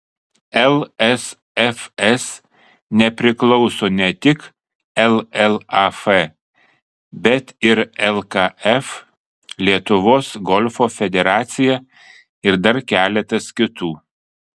lsfs nepriklauso ne tik llaf bet ir lkf lietuvos golfo federacija ir dar keletas kitų